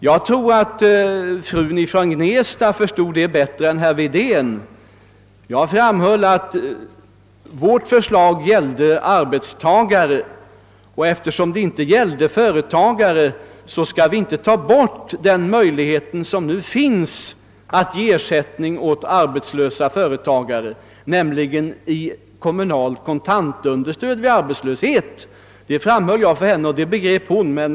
Jag tror att fru Raber från Gnesta — som i går frågade mig i TV — förstod detta bättre än herr Wedén. Jag framhöll att vårt förslag gällde arbetstagare, och eftersom det inte gällde företagare skall vi inte ta bort den möjlighet som nu finns att ge ersättning åt arbetslösa företagare, nämligen i form av kommunalt kontantunderstöd vid arbetslöshet. Det ta framhöll jag för henne och det begrep hon.